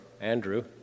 Andrew